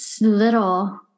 little